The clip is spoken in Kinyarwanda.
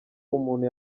umuntu